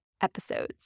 episodes